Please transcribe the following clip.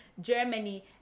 Germany